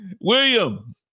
William